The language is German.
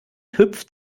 hüpft